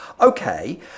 Okay